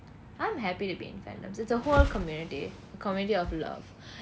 I'm happy to be in fandoms it's a whole community community of love